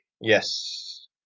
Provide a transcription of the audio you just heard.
Yes